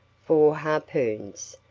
four harpoons,